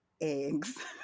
eggs